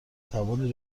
توان